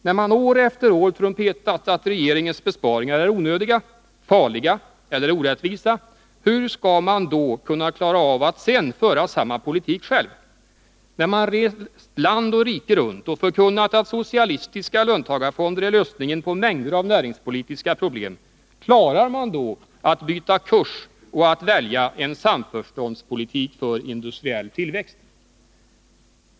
När man år efter år har trumpetat att regeringens besparingar är onödiga, farliga eller orättvisa, hur skall man då kunna klara av att sedan föra samma politik själv? När man rest land och rike runt och förkunnat att socialistiska löntagarfonder är lösningen på mängder av näringspolitiska problem, klarar man då att byta kurs och att välja en samförståndspolitik för industriell tillväxt?